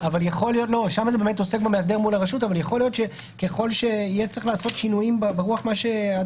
אבל יכול להיות שככל שצריך יהיה לעשות שינויים ברוח מה שאת